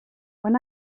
when